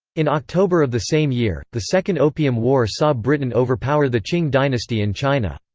in october of the same year, the second opium war saw britain overpower the qing dynasty in china.